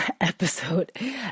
episode